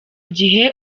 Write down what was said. gihe